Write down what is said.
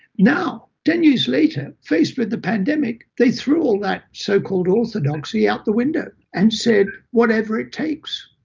now, ten years later faced with a pandemic, they threw all that so-called orthodoxy out the window and said whatever it takes.